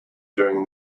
during